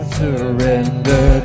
surrender